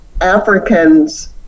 Africans